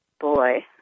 Boy